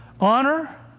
Honor